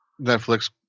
Netflix